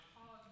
נכון.